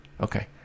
Okay